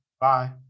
bye